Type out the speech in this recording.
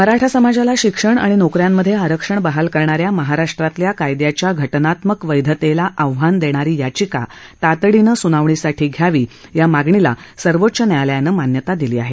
मराठा समाजाला शिक्षण आणि नोक यांमधे आरक्षण बहाल करणा या महाराष्ट्रातल्या कायदयाच्या घटनात्मक वैधतेला आव्हान देणारी याचिका तातडीनं सुनावणीसाठी घ्यावी या मागणीला सर्वोच्च न्यायालयानं मान्यता दिली आहे